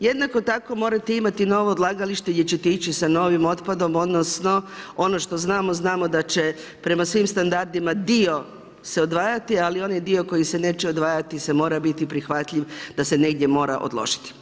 jednako tako morate imati novo odlagalište gdje ćete ići sa novim otpadom odnosno ono što znamo, znamo da će prema svim standardima dio se odvajati, ali onaj dio koji se neće odvajati mora biti prihvatljiv da se negdje mora odložiti.